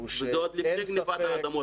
וזה עוד לפני גניבת האדמות.